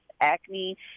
acne